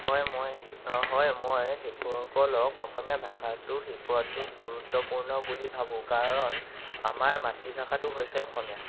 হয় মই হি হয় মই শিশুসকলক অসমীয়া ভাষাটো শিকোৱাটো গুৰুত্বপূৰ্ণ বুলি ভাবোঁ কাৰণ আমাৰ মাতৃভাষাটো হৈছে অসমীয়া